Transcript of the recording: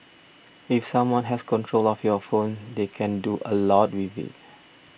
if someone has control of your phone they can do a lot with it